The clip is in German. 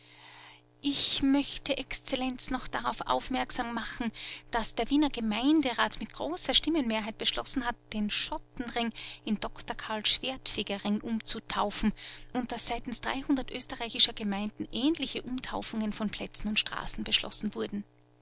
ich möchte exzellenz noch darauf aufmerksam machen daß der wiener gemeinderat mit großer stimmenmehrheit beschlossen hat den schottenring in dr karl schwertfeger ring umzutaufen und daß seitens dreihundert österreichischer gemeinden ähnliche umtaufungen von plätzen und straßen beschlossen wurden